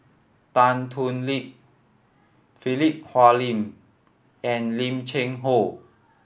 Tan Thoon Lip Philip Hoalim and Lim Cheng Hoe